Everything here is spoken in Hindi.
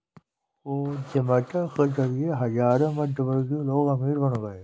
उद्यमिता के जरिए हजारों मध्यमवर्गीय लोग अमीर बन गए